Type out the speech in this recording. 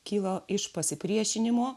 kilo iš pasipriešinimo